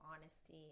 honesty